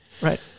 Right